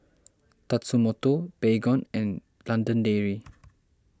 Tatsumoto Baygon and London Dairy